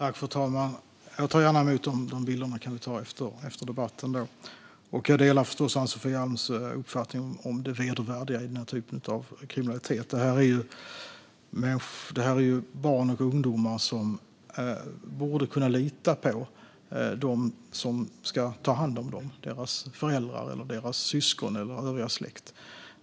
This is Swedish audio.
Fru talman! Jag tar gärna emot bilderna efter debatten, och jag delar förstås Ann-Sofie Alms uppfattning om det vedervärdiga i denna typ av kriminalitet. Dessa barn och ungdomar borde kunna lita på dem som ska ta hand om dem - föräldrar, syskon och övrig släkt.